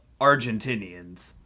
Argentinians